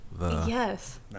Yes